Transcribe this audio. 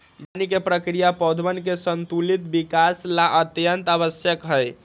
बागवानी के प्रक्रिया पौधवन के संतुलित विकास ला अत्यंत आवश्यक हई